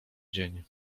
dzień